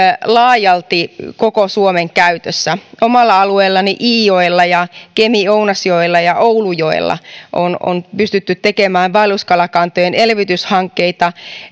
laajalti koko suomen käytössä omalla alueellani iijoella ja kemi ounasjoella ja oulujoella on on pystytty tekemään vaelluskalakantojen elvytyshankkeita